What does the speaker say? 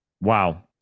Wow